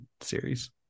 series